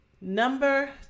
Number